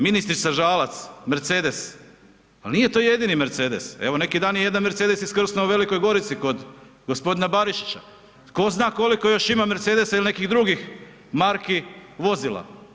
ministrica Žalac mercedes, ali nije to jedini mercedes, evo neko dan je jedan mercedes iskrsnu u Velikoj Gorici kod gospodina Barišića, tko zna koliko još ima mercedesa ili nekih drugih marki vozila.